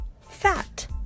fat